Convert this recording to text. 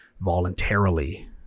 voluntarily